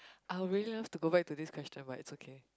I will really love to go back to this question but it's okay